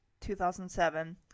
2007